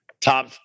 top